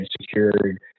secured